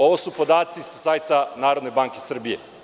Ovo su podaci sa sajta Narodne banke Srbije.